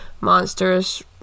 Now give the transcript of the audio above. Monsters